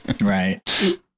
Right